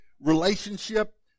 relationship